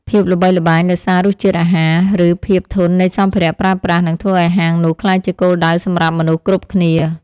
ភាពល្បីល្បាញដោយសាររសជាតិអាហារ ឬភាពធន់នៃសម្ភារៈប្រើប្រាស់នឹងធ្វើឱ្យហាងនោះក្លាយជាគោលដៅសម្រាប់មនុស្សគ្រប់គ្នា។